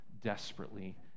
desperately